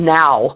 now